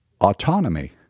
autonomy